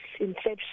inception